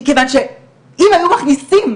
מכיוון שאם היו מכניסים,